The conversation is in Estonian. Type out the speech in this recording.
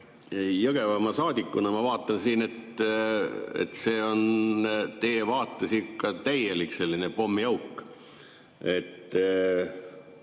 Jõgevamaa saadikuna ma vaatan, et see on teie vaates ikka täielik selline pommiauk.